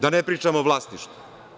Da ne pričam o vlasništvu.